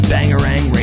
Bangarang